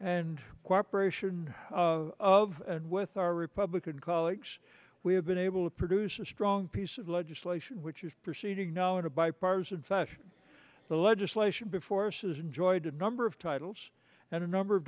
and cooperation of and with our republican colleagues we have been able to produce a strong piece of legislation which is proceeding now in a bipartisan fashion the legislation before says enjoyed a number of titles and a number of